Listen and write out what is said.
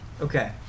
Okay